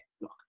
look